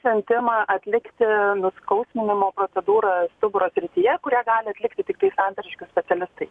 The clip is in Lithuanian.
siuntimą atlikti nuskausminimo procedūrą stuburo srityje kurią gali atlikti tiktai santariškių specialistai